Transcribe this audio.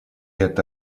это